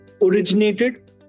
originated